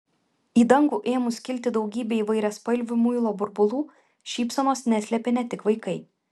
į dangų ėmus kilti daugybei įvairiaspalvių muilo burbulų šypsenos neslėpė ne tik vaikai